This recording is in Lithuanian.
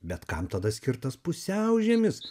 bet kam tada skirtas pusiaužiemis